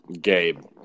Gabe